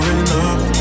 enough